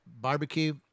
barbecue